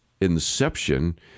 inception